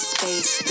Space